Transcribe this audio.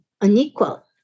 unequal